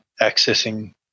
accessing